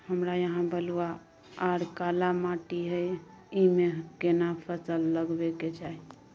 हमरा यहाँ बलूआ आर काला माटी हय ईमे केना फसल लगबै के चाही?